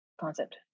concept